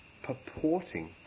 purporting